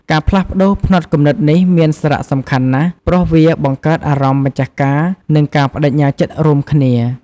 ការផ្លាស់ប្តូរផ្នត់គំនិតនេះមានសារៈសំខាន់ណាស់ ព្រោះវាបង្កើតអារម្មណ៍ម្ចាស់ការ និងការប្តេជ្ញាចិត្តរួមគ្នា។